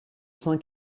cinq